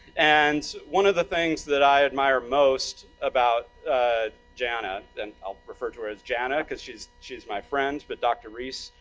and one of the things that i admire about most about jana, and i'll refer to her as jana, because she's she's my friend, but dr. reiss,